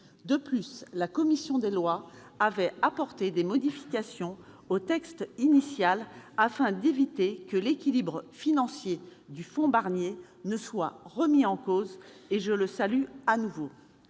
De plus, la commission des lois avait apporté des modifications au texte initial afin d'éviter que l'équilibre financier du fonds Barnier ne soit remis en cause, et je le salue de nouveau.